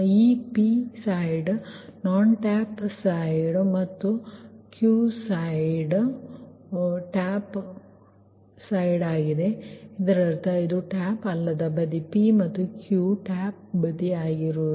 ಈ 𝑃 ಬದಿ non tap ಬದಿ ಮತ್ತು 𝑄 ಬದಿ ಟ್ಯಾಪ್ ಬದಿ ಆಗಿದೆ ಸರಿ ಇದರರ್ಥ ಇದು ಟ್ಯಾಪ್ ಅಲ್ಲದ ಬದಿ 𝑃 ಮತ್ತು 𝑄 ಟ್ಯಾಪ್ ಬದಿ ಆಗಿದೆ